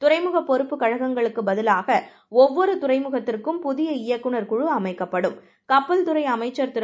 துறைமுகப்பொறுப்புகழகங்களுக்குபதிலாகஒவ்வொரு துறைமுகத்திற்கும்புதியஇயக்குனர்குழுஅமைக்கப்படும் கப்பல்துறைஅமைச்சர்திரு